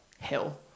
hill